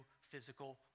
physical